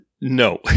No